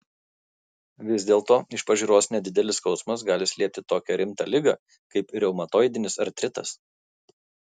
vis dėlto iš pažiūros nedidelis skausmas gali slėpti tokią rimtą ligą kaip reumatoidinis artritas